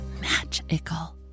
magical